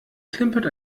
klimpert